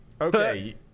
Okay